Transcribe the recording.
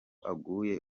aguye